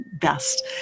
best